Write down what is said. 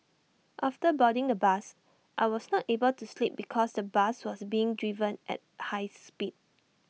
after boarding the bus I was not able to sleep because the bus was being driven at high speed